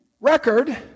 record